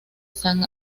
san